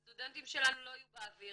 הסטודנטים שלנו לא יהיו באוויר,